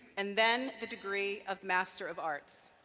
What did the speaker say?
and then the degree of master of arts.